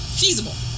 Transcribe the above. feasible